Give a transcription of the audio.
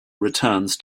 returns